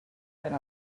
and